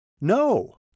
No